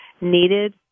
needed